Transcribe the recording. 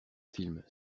film